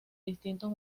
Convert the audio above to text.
distintos